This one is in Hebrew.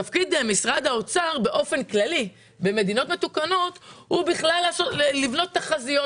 במדינות מתוקנות תפקיד משרד האוצר באופן כללי הוא לבנות תחזיות.